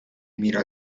mira